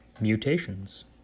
Mutations